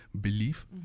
belief